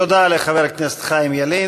תודה לחבר הכנסת חיים ילין.